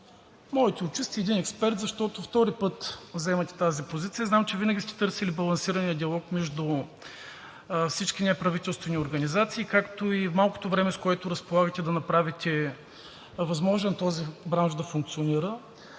моите очи сте един експерт, защото втори път заемате тази позиция. Знам, че винаги сте търсили балансирания диалог между всички неправителствени организации, както и малкото време, с което разполагате, за да направите възможно този бранш да функционира,